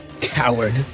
coward